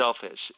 selfish